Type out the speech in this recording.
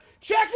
check